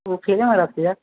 ओ फ्रीमे रखतियै